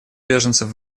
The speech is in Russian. беженцев